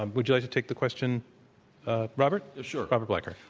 ah would you like to take the question robert? sure. robert blecker.